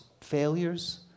failures